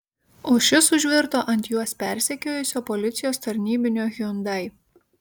o šis užvirto ant juos persekiojusio policijos tarnybinio hyundai